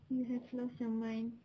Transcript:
you have lost your mind